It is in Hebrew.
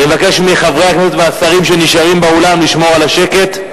אני מבקש מחברי הכנסת והשרים שנשארים באולם לשמור על השקט.